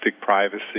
privacy